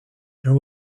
there